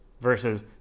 versus